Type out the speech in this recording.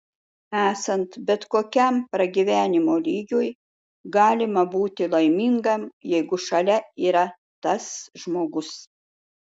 esant bet kokiam pragyvenimo lygiui galima būti laimingam jeigu šalia yra tas žmogus